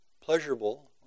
pleasurable